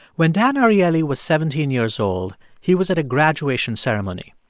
when dan ariely was seventeen years old, he was at a graduation ceremony.